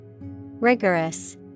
Rigorous